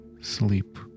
sleep